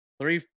three